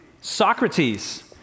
Socrates